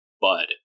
bud